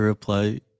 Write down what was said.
reply